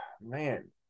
man